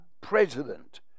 president